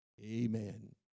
Amen